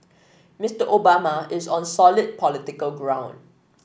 Mister Obama is on solid political ground